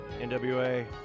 NWA